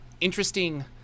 interesting